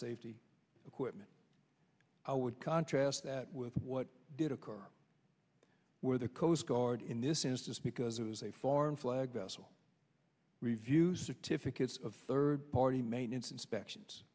safety equipment i would contrast that with what did occur where the coast guard in this instance because it was a foreign flag vessel review certificates of third party maintenance inspections